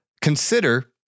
consider